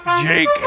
Jake